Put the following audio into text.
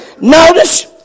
Notice